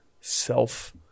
self